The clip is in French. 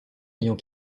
ayant